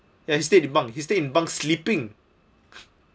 ya he stayed in bunk he stay in bunk sleeping